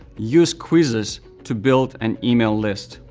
use quizzes to build an email list.